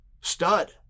Stud